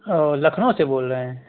او لکھنؤ سے بول رہے ہیں